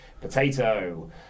Potato